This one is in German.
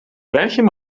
welchem